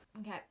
okay